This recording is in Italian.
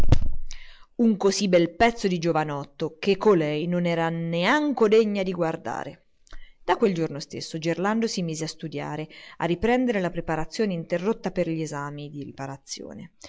un così bel pezzo di giovanotto che colei non era neanco degna di guardare da quel giorno stesso gerlando si mise a studiare a riprendere la preparazione interrotta per gli esami di riparazione